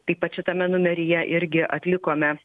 taip pat šitame numeryje irgi atlikome